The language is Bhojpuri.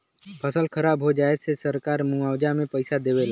फसल खराब हो जाये पे सरकार मुआवजा में पईसा देवे ला